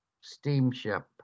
Steamship